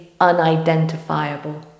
unidentifiable